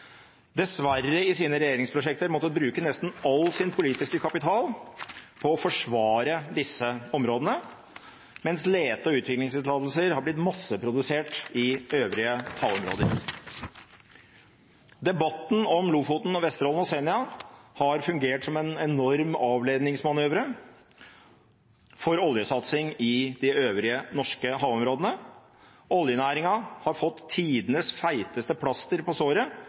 dessverre i sine regjeringsprosjekter måttet bruke nesten all sin politiske kapital på å forsvare disse områdene, mens lete- og utvinningstillatelser har blitt masseprodusert i øvrige havområder. Debatten om Lofoten, Vesterålen og Senja har fungert som en enorm avledningsmanøver for oljesatsing i de øvrige norske havområdene. Oljenæringen har fått tidenes feteste plaster på såret